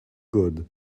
good